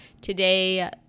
Today